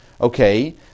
Okay